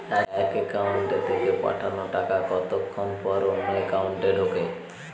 এক একাউন্ট থেকে পাঠানো টাকা কতক্ষন পর অন্য একাউন্টে ঢোকে?